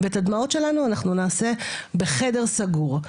ואת הדמעות שלנו אנחנו נעשה בחדר סגור,